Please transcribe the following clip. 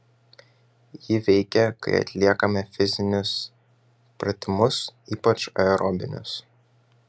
ji veikia kai atliekame fizinius pratimus ypač aerobinius